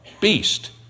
beast